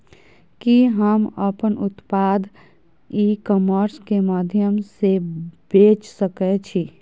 कि हम अपन उत्पाद ई कॉमर्स के माध्यम से बेच सकै छी?